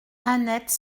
annette